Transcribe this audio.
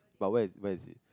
but where's where is it